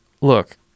look